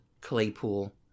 Claypool